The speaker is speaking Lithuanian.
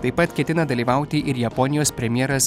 taip pat ketina dalyvauti ir japonijos premjeras